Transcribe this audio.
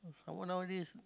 I work nowadays